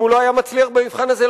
אם הוא לא היה מצליח במבחן הזה,